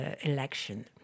election